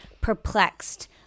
perplexed